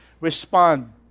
respond